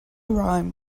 rhyme